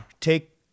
take